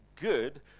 good